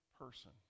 person